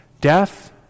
death